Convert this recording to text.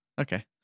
Okay